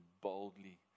boldly